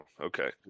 okay